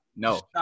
No